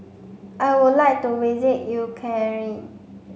I would like to visit Ukraine